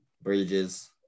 Bridges